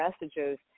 messages